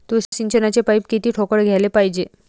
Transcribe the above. तुषार सिंचनाचे पाइप किती ठोकळ घ्याले पायजे?